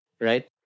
right